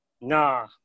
Nah